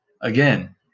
Again